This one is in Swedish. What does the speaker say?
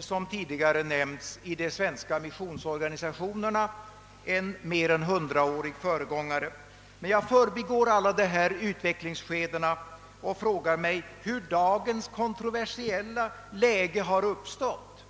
som tidigare nämnts i de svenska missionsorganisationerna en mer än hundraårig föregångare, men jag bortser från alla dessa utvecklingsskeden och frågar mig hur dagens kontroversiella läge uppstått.